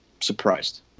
surprised